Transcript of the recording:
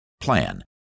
Plan